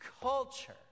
culture